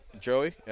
Joey